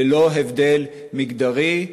ללא הבדל מגדרי,